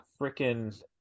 freaking